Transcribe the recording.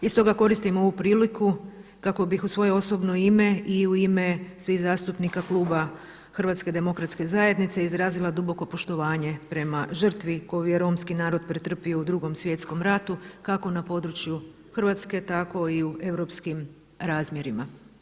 I stoga koristim ovu priliku kako bih u svoje osobno ime i u ime svih zastupnika kluba Hrvatske demokratske zajednice izrazila duboko poštovanje prema žrtvi koju je romski narod pretrpio u Drugom svjetskom ratu kako na području Hrvatske, tako i u europskim razmjerima.